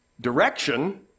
direction